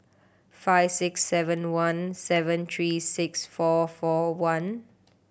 five six seven one seven three six four four one